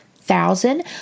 thousand